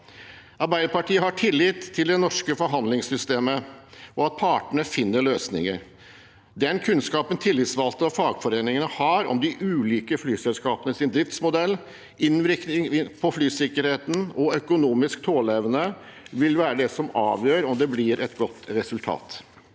Arbeiderpartiet har tillit til det norske forhandlingssystemet og til at partene finner løsninger. Den kunnskapen tillitsvalgte og fagforeningene har om de ulike flyselskapenes driftsmodell, innvirkning på flysikkerheten og økonomisk tåleevne, vil være det som avgjør om det blir et godt